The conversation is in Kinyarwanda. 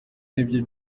nibyo